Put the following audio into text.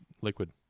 liquid